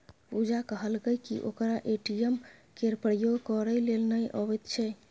पुजा कहलकै कि ओकरा ए.टी.एम केर प्रयोग करय लेल नहि अबैत छै